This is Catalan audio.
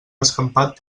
escampat